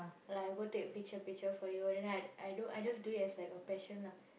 like I go take picture picture for you then I I don't I just do it as like a passion lah